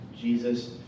Jesus